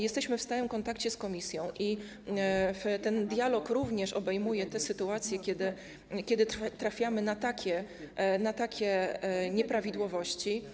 Jesteśmy w stałym kontakcie z Komisją i ten dialog również obejmuje te sytuacje, kiedy to natrafiamy na takie nieprawidłowości.